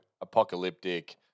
apocalyptic